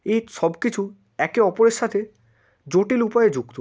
এই সব কিছু একে অপরের সাথে জটিল উপায়ে যুক্ত